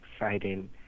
exciting